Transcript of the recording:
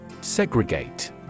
Segregate